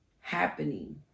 happening